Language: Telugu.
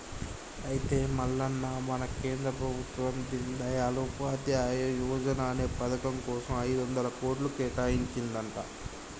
అయితే మల్లన్న మన కేంద్ర ప్రభుత్వం దీన్ దయాల్ ఉపాధ్యాయ యువజన అనే పథకం కోసం ఐదొందల కోట్లు కేటాయించిందంట